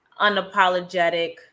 unapologetic